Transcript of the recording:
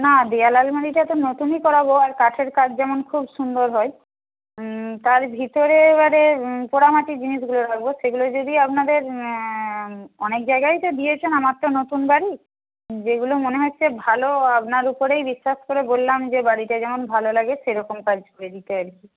না দেওয়াল আলমারিটা তো নতুনই করাব আর কাঠের কাজ যেমন খুব সুন্দর হয় তার ভিতরে এবারে পোড়ামাটির জিনিসগুলো রাখব সেগুলো যদি আপনাদের অনেক জায়গায় তো দিয়েছেন আমার তো নতুন বাড়ি যেগুলো মনে হচ্ছে ভালো আপনার উপরেই বিশ্বাস করে বললাম যে বাড়িটা যেমন ভালো লাগে সেরকম কাজ করে দিতে আর কি